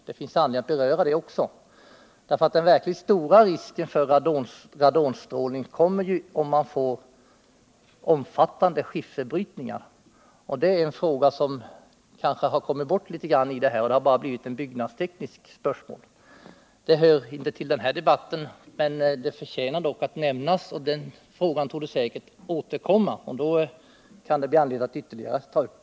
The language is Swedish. Det finns anledning att beröra frågan också ur den synpunkten, därför att den verkligt stora risken för radonstrålning uppstår ju om man får omfattande skifferbrytning — en fråga som kanske kommit bort i diskussionen. Den har begränsats till att röra ett byggnadstekniskt spörsmål. Frågan om skifferbrytning hör inte till den här debatten, men den förtjänar att nämnas. Den frågan torde återkomma, och då kan det bli anledning att ta upp ytterligare diskussion.